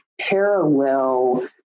parallel